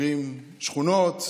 סוגרים שכונות,